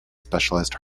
specialized